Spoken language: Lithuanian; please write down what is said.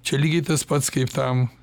čia lygiai tas pats kaip tam